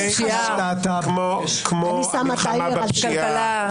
כמו המלחמה בפשיעה,